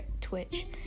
twitch